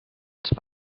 els